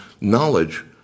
knowledge